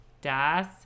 das